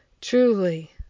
truly